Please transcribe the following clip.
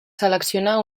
seleccionar